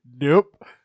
Nope